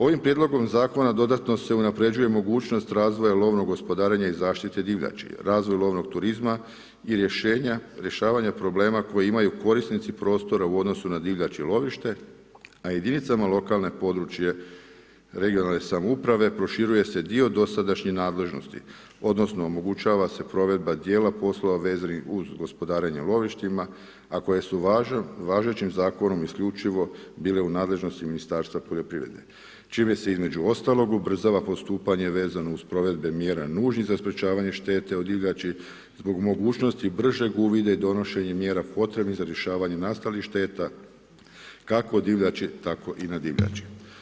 Ovim prijedlogom zakona, dodatno se unapređuje mogućnost razvoja lovnog gospodarenja i zaštite divljači, razvoj lovnog turizma i rješenje rješavanje problema koje imaju korisnici prostora u odnosu na divljač i lovište, a jedinice lokalne područne regionalne samouprave proširuje se dio dosadašnjih nadležnosti, odnosno, omogućava se provedba dijela poslova vezanih uz gospodarenja lovištima a koje su važećim zakonom isključivo bile u nadležnosti Ministarstva poljoprivrede, čime se između ostalog ubrzava postupanje vezanih uz provedbe mjere nužnih za sprječavanje štete od divljači, zbog mogućnosti bržeg uvida i donošenjem mjera potrebnih za rješavanje nastalih šteta kako divljači tako i na divljači.